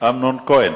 אמנון כהן.